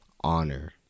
honor